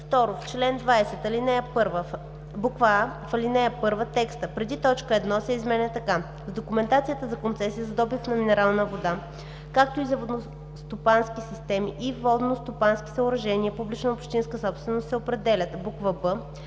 20: а) в ал. 1 текстът преди т. 1 се изменя така: „С документацията за концесия за добив на минерална вода, както и за водностопански системи и водностопански съоръжения – публична общинска собственост, се определят:“; б)